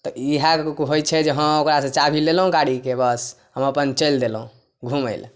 तऽ इएहे होइ छै जे हाँ ओकरासँ चाभी लेलहुँ गाड़ीके बस हम अपन चलि देलहुँ घुमय लए